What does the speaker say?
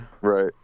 Right